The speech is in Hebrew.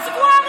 צביעות.